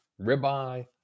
ribeye